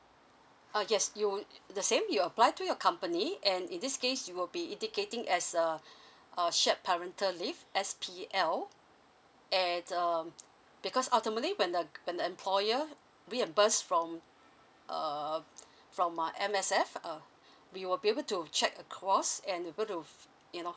oh yes you would the same you apply to your company and in this case you will be indicating as uh a shared parental leave S_P_L at um because ultimately when the when the employer reimbursed from um from uh M_S_F uh we will be able to check across and able to f~ you know